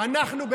אנחנו,